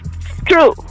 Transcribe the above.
True